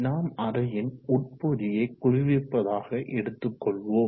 நாம் அறையின் உட்பகுதியை குளிர்விப்பதாக எடுத்து கொள்வோம்